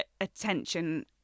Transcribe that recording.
attention